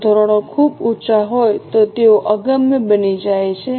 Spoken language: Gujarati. જો ધોરણો ખૂબ ઊંચા હોય તો તેઓ અગમ્ય બની જાય છે